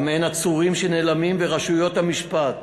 גם אין עצורים שנעלמים ורשויות המשפט,